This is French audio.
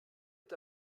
est